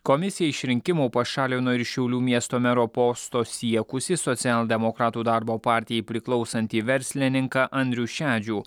komisija iš rinkimų pašalino ir šiaulių miesto mero posto siekusį socialdemokratų darbo partijai priklausantį verslininką andrių šedžių